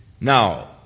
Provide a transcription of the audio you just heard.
Now